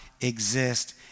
exist